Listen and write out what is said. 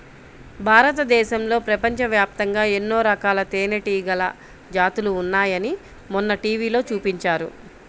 భారతదేశంలో, ప్రపంచవ్యాప్తంగా ఎన్నో రకాల తేనెటీగల జాతులు ఉన్నాయని మొన్న టీవీలో చూపించారు